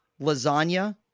lasagna